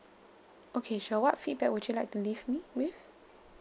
okay sure what feedback would you like to leave me with